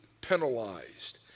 penalized